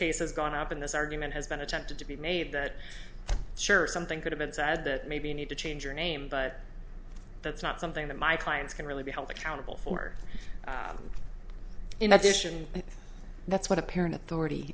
case has gone up in this argument has been attempted to be made that sure something could have been said that maybe you need to change your name but that's not something that my clients can really be held accountable for in addition that's what apparent authority